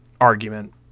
argument